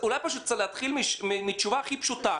אולי צריך להתחיל מן התשובה הכי פשוטה.